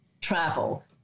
travel